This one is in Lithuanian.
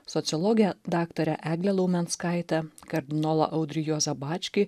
sociologę daktarę eglę laumenskaitę kardinolą audrį juozą bačkį